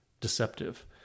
deceptive